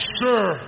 sure